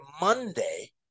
Monday